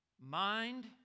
mind